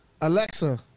Alexa